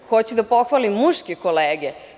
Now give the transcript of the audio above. Hoću da pohvalim muške kolege.